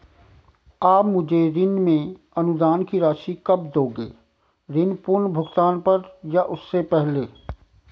आप मुझे ऋण में अनुदान की राशि कब दोगे ऋण पूर्ण भुगतान पर या उससे पहले?